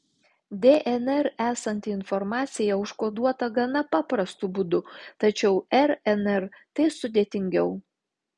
dnr esanti informacija užkoduota gana paprastu būdu tačiau rnr tai sudėtingiau